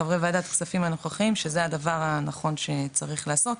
חברי ועדת כספים הנוכחיים שזה הדבר הנכון שצריך לעשות.